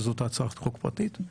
זאת הצעת חוק פרטית.